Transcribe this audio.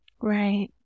Right